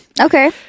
Okay